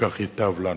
כך ייטב לנו?